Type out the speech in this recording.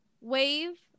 wave